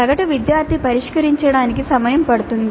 సగటు విద్యార్థి పరిష్కరించడానికి సమయం పడుతుంది